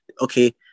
okay